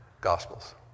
Gospels